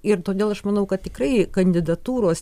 ir todėl aš manau kad tikrai kandidatūros